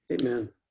Amen